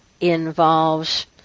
involves